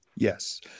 Yes